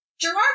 Gerard